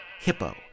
Hippo